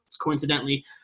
coincidentally